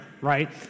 right